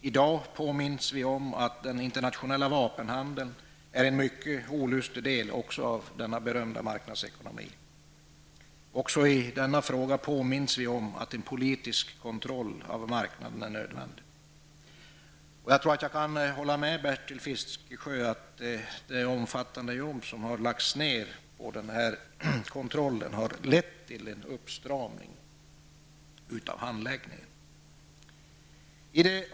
I dag påminns vi om att den internationella vapenhandeln är en mycket olustig del av den berömda marknadsekonomin. Även i denna fråga påminns vi om att en politisk kontroll av marknaden är nödvändig. Jag tror att jag kan hålla med Bertil Fiskesjö om att det omfattande arbete som har lagts ned på den här kontrollen har lett till en uppstramning av handläggningen.